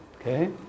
Okay